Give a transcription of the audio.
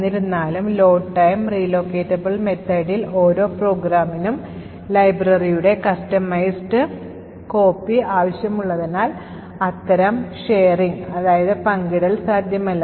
എന്നിരുന്നാലും Load Time relocatable methodൽ ഓരോ പ്രോഗ്രാമിനും ലൈബ്രറിയുടെ customozed copy ആവശ്യമുള്ളതിനാൽ അത്തരം പങ്കിടൽ സാധ്യമല്ല